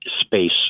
space